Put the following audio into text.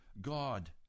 God